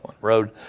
road